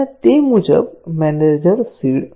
અને તે મુજબ મેનેજર સીડ